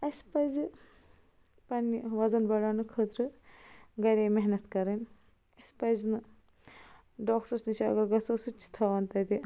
اَسہِ پَزِ پنٛنہِ وَزن بِڑاونہٕ خٲطرٕ گَرے محنت کَرٕنۍ اَسہِ پَزِ نہٕ ڈاکٹرس نِش اگر گَژھو سُہ تہِ چھُ تھوان تَتہِ